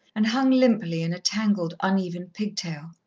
and hung limply in a tangled, uneven pigtail.